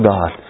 God